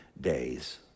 days